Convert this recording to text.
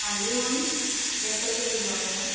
ہاں جی ہم پیک کر کے بھجواتے ہیں